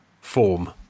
form